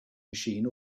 machine